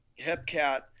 Hepcat